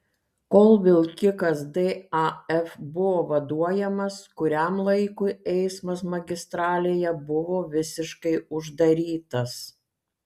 kol vilkikas daf buvo vaduojamas kuriam laikui eismas magistralėje buvo visiškai uždarytas